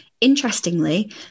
Interestingly